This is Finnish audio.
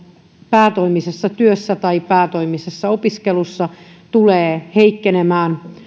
päätoimisessa työssä tai päätoimisessa opiskelussa tulee heikkenemään